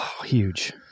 Huge